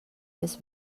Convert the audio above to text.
més